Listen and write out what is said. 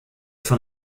von